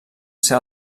ser